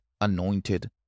anointed